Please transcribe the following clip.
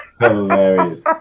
Hilarious